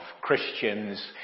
Christians